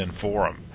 forum